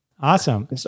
Awesome